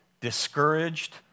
discouraged